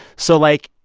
so, like,